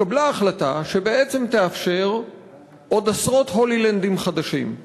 התקבלה ההחלטה שבעצם תאפשר עוד עשרות הולילנדים חדשים.